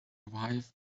wife